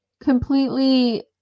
completely